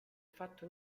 fatto